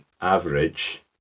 Average